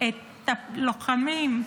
את הלוחמים.